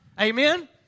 Amen